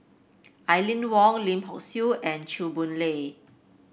Aline Wong Lim Hock Siew and Chew Boon Lay